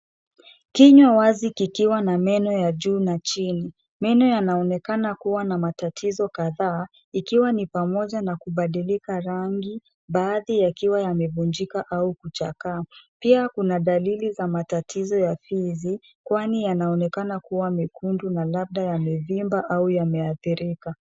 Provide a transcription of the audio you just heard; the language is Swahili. Kinywa wazi kikiwa na meno ya juu na chini. Meno yanaonekana kuwa na matatizo kadhaa, ikiwa ni pamoja na kubadilika rangi, baadhi yakiwa yamevunjika au kuchakaa. Pia kuna dalili za matatizo ya fizi, kwani yanaonekana kuwa mekundu na labda yamevimba au yameathirika.